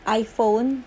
iPhone